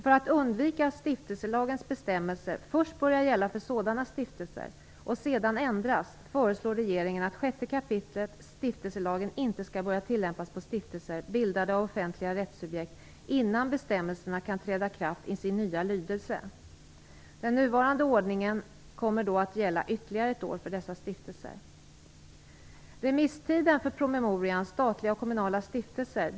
För att undvika att stiftelselagens bestämmelser först börjar gälla för sådana stiftelser och sedan ändras föreslår regeringen att 6 kap. stiftelselagen inte skall börja tillämpas på stiftelser bildade av offentliga rättssubjekt innan bestämmelserna kan träda i kraft i sin nya lydelse. Den nuvarande ordningen kommer då att gälla ytterligare ett år för dessa stiftelser.